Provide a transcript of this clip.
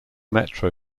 metro